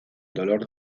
dolor